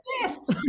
yes